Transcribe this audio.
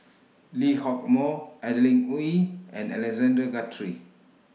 Lee Hock Moh Adeline Ooi and Alexander Guthrie